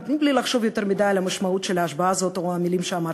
מבלי לחשוב יותר מדי על המשמעות של ההשבעה הזאת או על המילים שאמרתי.